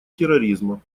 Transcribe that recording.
терроризма